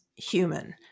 Human